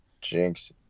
Jinx